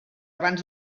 abans